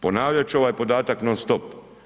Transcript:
Ponavljati ću ovaj podatak non-stop.